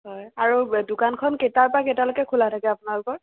হয় আৰু দোকানখন কেইটাৰ পৰা কেইটালৈকে খোলা থাকে আপোনালোকৰ